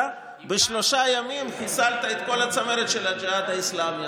ובשלושה ימים חיסלת את כל הצמרת של הג'יהאד האסלאמי,